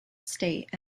state